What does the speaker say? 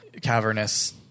cavernous